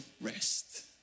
rest